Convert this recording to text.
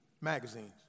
magazines